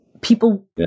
people